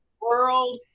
world